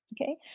okay